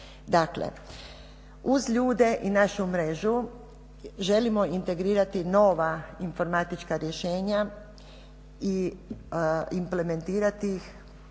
uz ljude i našu mrežu želimo integrirati nova informatička rješenja i implementirati ih,